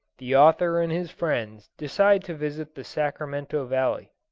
the author and his friends decide to visit the sacramento valley